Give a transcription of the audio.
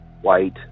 white